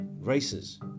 races